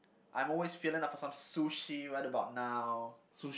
I'm always feeling up for some sushi right about now